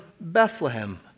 Bethlehem